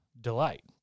delight